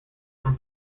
from